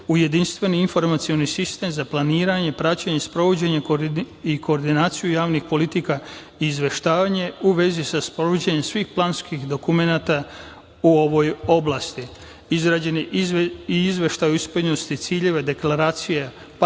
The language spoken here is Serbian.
jedinstveni informacioni sistem za planiranje, praćenje, sprovođenje i koordinaciju javnih politika i izveštavanje u vezi sa sprovođenjem svih planskih dokumenata u ovoj oblasti. Izrađen je i Izveštaj o ispunjenosti ciljeva i Deklaracija partnera